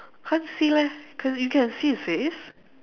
can't see leh can you can see his face